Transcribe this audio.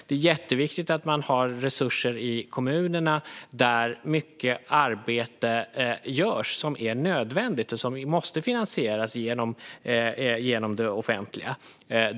Det är jätteviktigt att man har resurser i kommunerna, där mycket arbete görs som är nödvändigt och som måste finansieras genom det offentliga.